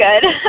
good